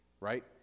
right